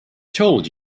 told